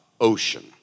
ocean